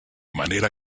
manera